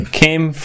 came